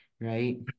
right